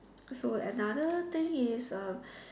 so another thing is uh